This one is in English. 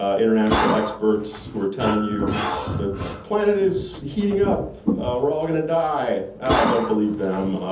ah international experts who are telling you the planet is heating up we're all gonna die, oh don't believe them.